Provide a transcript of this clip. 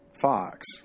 Fox